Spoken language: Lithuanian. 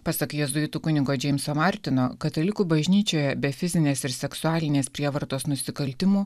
pasak jėzuitų kunigo džeimso martino katalikų bažnyčioje be fizinės ir seksualinės prievartos nusikaltimų